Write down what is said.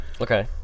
Okay